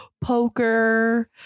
Poker